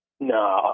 No